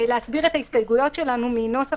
להסביר את ההסתייגויות שלנו מן הנוסח